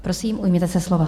Prosím, ujměte se slova.